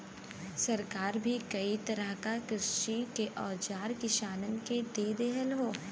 सरकार भी कई तरह क कृषि के औजार किसानन के दे रहल हौ